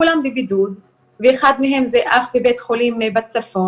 כולם בבידוד ואחד מהם זה אח בבית חולים בצפון,